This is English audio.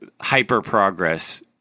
hyper-progress